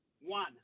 One